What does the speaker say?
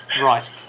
Right